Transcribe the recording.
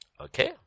Okay